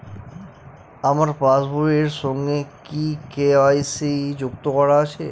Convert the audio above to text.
আমার পাসবই এর সঙ্গে কি কে.ওয়াই.সি যুক্ত করা আছে?